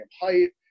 height